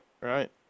right